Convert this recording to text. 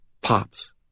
pops